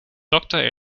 dokter